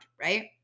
right